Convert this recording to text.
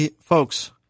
folks